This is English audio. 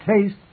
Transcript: taste